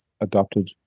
adopted